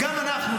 גם אנחנו,